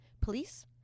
police